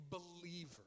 believer